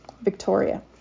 Victoria